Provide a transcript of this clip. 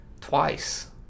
Twice